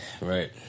Right